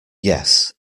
yes